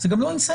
זה גם לא תמריץ.